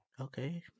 Okay